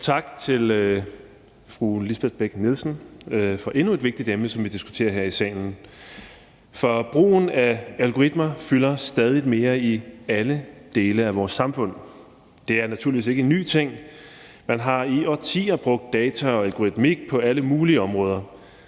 tak til fru Lisbeth Bech-Nielsen for endnu et vigtigt emne, som vi diskuterer her i salen. Brugen af algoritmer fylder stadig mere i alle dele af vores samfund. Det er naturligvis ikke en ny ting. Man har i årtier brugt data og algoritmer på alle mulige områder.